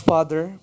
Father